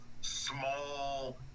small